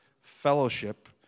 fellowship